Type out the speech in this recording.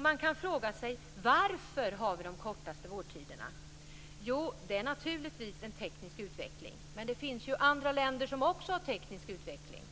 Man kan fråga sig: Varför har vi de kortaste vårdtiderna? Jo, det är naturligtvis en teknisk utveckling. Men det finns ju andra länder som också har teknisk utveckling.